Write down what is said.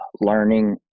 learning